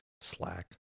slack